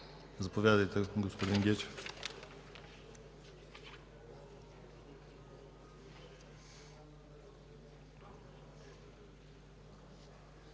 Заповядайте, господин Гечев.